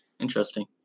Interesting